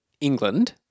England